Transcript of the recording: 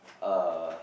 uh